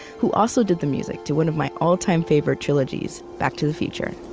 who also did the music to one of my all-time favorite trilogies, back to the future and